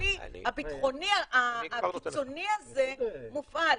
כשהכלי הביטחוני הקיצוני הזה מופעל?